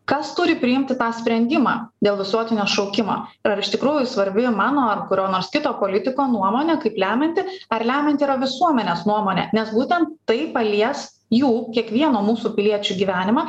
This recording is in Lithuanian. kas turi priimti tą sprendimą dėl visuotinio šaukimo ir ar iš tikrųjų svarbi mano ar kurio nors kito politiko nuomonė kaip lemianti ar lemianti yra visuomenės nuomonė nes būtent tai palies jų kiekvieno mūsų piliečių gyvenimą